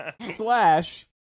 Slash